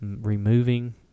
removing